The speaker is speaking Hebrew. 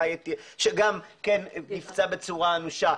שגם נפצע בצורה אנושה,